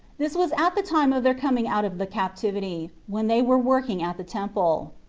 this was at the time of their coming out of the captivity, when they were working at the temple.